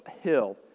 hill